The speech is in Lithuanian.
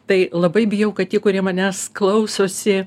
tai labai bijau kad tie kurie manęs klausosi